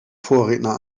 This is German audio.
vorredner